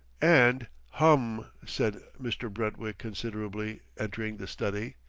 and, hum! said mr. brentwick considerately, entering the study.